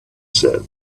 said